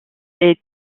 est